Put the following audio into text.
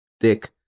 thick